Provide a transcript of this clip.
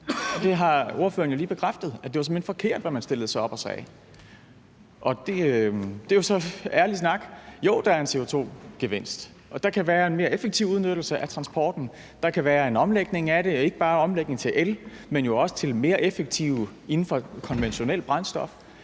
der har ordføreren lige bekræftet, at det simpelt hen var forkert, hvad man stillede sig op og sagde. Det er jo så ærlig snak. Jo, der er en CO2-gevinst, og der kan være en mere effektiv udnyttelse af transporten, og der kan være en omlægning af det, altså ikke bare en omlægning til el, men jo også til noget mere effektivt inden for konventionelt brændstof.